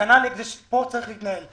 כנ"ל ההקדש צריך להתנהל פה.